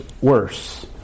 worse